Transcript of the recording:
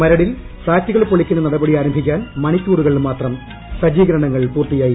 മരടിൽ ഫ്ളാറ്റുകൾ പൊളിക്കുന്ന നടപടി ആരംഭിക്കാൻ മണിക്കൂറുകൾ മാത്രം സജ്ജീകരണങ്ങൾ പൂർത്തിയായി